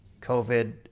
covid